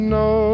no